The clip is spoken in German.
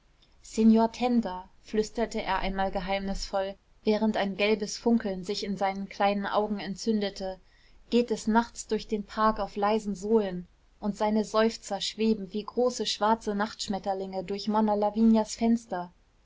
signor tenda flüsterte er einmal geheimnisvoll während ein gelbes funkeln sich in seinen kleinen augen entzündete geht des nachts durch den park auf leisen sohlen und seine seufzer schweben wie große schwarze nachtschmetterlinge durch monna lavinias fenster